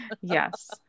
Yes